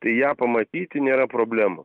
tai ją pamatyti nėra problemų